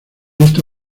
esta